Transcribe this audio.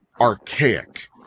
archaic